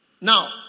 Now